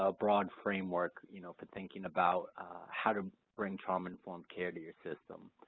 ah broad framework you know for thinking about how to bring trauma-informed care to your system.